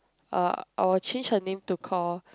uh I'll change her name to call